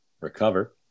recover